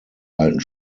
alten